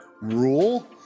rule